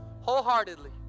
wholeheartedly